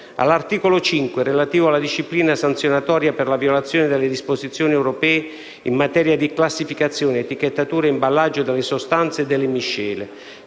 all'articolo 5, relativo alla disciplina sanzionatoria per la violazione delle disposizioni europee in materia di classificazione, etichettatura e imballaggio delle sostanze e delle miscele.